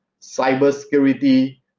cybersecurity